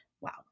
Wow